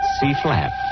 C-flat